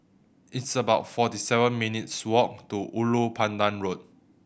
it's about forty seven minutes' walk to Ulu Pandan Road